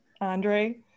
Andre